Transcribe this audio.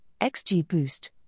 XGBoost